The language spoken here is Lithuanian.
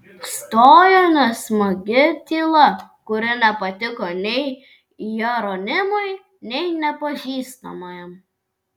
stojo nesmagi tyla kuri nepatiko nei jeronimui nei nepažįstamajam